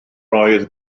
oedd